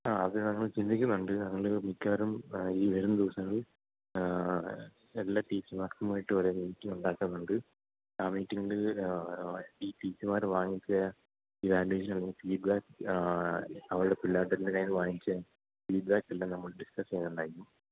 ആ അത് ഞങ്ങൾ ചിന്തിക്കുന്നുണ്ട് ഞങ്ങൾ മിക്കവാറും ഈ വരുന്ന ദിവസങ്ങളിൽ എല്ലാ ടീച്ചർമാർക്കുമായിട്ട് ഒരു മീറ്റിങ് ഉണ്ടാക്കുന്നുണ്ട് ആ മീറ്റിങ്ങിൽ ഈ ടീച്ചർമാർ വാങ്ങിച്ച ഇവാലുയേഷൻ അല്ലേൽ ഫീഡ്ബാക്ക് അവരുടെ പിള്ളേരുടെ കൈയ്യിൽ നിന്ന് വാങ്ങിച്ച ഫീഡ്ബാക്കെല്ലാം നമ്മൾ ഡിസ്കസ് ചെയ്യുന്നതായിരിക്കും